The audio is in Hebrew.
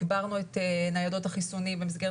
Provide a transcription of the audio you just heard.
הגברנו את ניידות החיסונים במסגרת